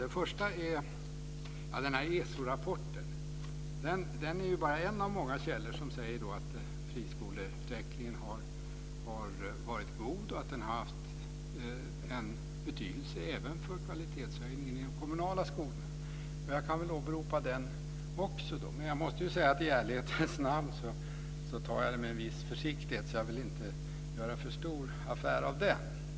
ESO-rapporten är ju bara en av många källor som säger att friskoleutvecklingen har varit god och att den har haft en betydelse även för kvalitetshöjningen i de kommunala skolorna. Jag kan väl också åberopa den, men jag måste i ärlighetens namn säga att jag tar det med en viss försiktighet. Jag vill inte göra för stor affär av den.